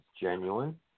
genuine